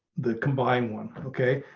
the combined one. okay,